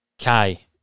Kai